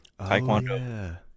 taekwondo